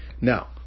Now